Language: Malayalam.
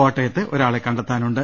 കോട്ടയത്ത് ഒരാളെ കണ്ടെത്താനുണ്ട്